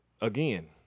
Again